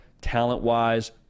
talent-wise